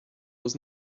was